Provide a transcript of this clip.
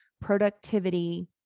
productivity